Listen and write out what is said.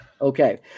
okay